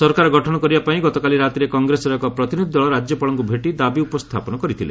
ସରକାର ଗଠନ କରିବା ପାଇଁ ଗତକାଲି ରାତିରେ କଂଗ୍ରେସର ଏକ ପ୍ରତିନିଧି ଦଳ ରାଜ୍ୟପାଳଙ୍କୁ ଭେଟି ଦାବି ଉପସ୍ଥାପନ କରିଥିଲେ